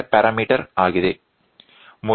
3